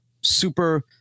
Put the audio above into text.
super